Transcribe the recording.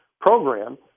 program